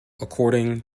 according